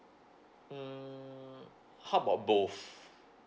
mm how about both